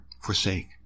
forsake